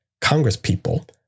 congresspeople